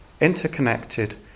interconnected